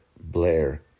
Blair